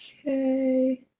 Okay